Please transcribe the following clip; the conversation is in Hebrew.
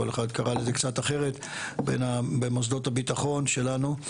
כל אחד קרא לזה קצת אחרת במוסדות הביטחון שלנו.